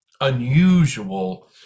unusual